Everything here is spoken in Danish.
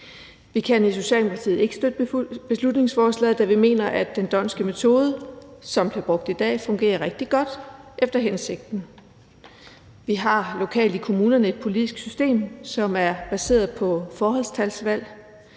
Vi kan i Socialdemokratiet ikke støtte beslutningsforslaget, da vi mener, at den d'Hondtske metode, som bliver brugt i dag, fungerer rigtig godt efter hensigten. Vi har lokalt i kommunerne et politisk system, som er baseret på forholdstalsvalg.